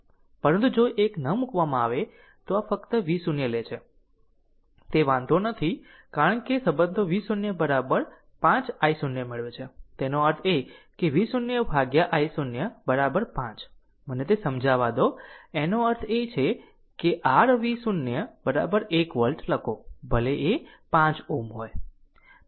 પરંતુ જો 1 ન મૂકવામાં આવે તો આ ફક્ત V0 લે છે તે વાંધો નથી કારણ કે સંબંધો V0 5 i0 મેળવે છે તેનો અર્થ એ કે V0 ભાગ્યા i0 5 મને તે સમજાવા દો એનો અર્થ એ કે r V0 1 વોલ્ટ લખો ભલે એ 5 Ω હોય